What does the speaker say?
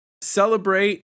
celebrate